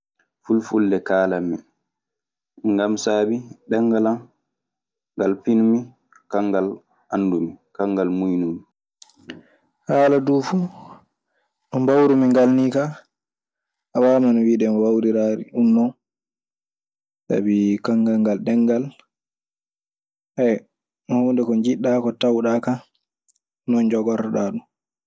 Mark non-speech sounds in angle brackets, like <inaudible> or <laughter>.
Fulfulde kaalaammi, ngam saabi ngal ɗenngal an, ngal pinmi, kangal anndumi, kangal muynumi. Haalaa kaa duu fuf no mbawrumi ngal nii a waamana wiide mi wawriraari ɗum non sabi kanngal ngal ɗemngal. <hesitation> huunde ko njiɗɗa ko tawɗa non njogortotɗaa ɗum.